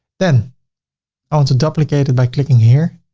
then i want to duplicate it by clicking here.